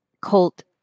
Colt